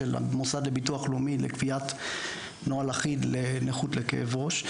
המוסד לביטוח לאומי לקביעת נוהל אחיד לנכות לכאב ראש.